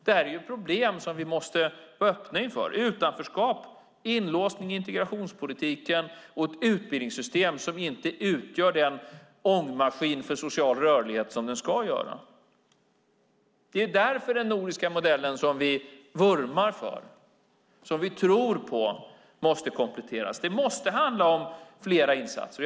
Det är ett problem som vi måste vara öppna för - utanförskap, inlåsning i integrationspolitiken och ett utbildningssystem som inte utgör den ångmaskin för social rörlighet som det ska göra. Det är därför som den nordiska modell som vi vurmar för och som vi tror på måste kompletteras. Det måste handla om flera insatser.